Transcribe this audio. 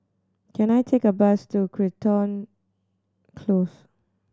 can I take a bus to Crichton Close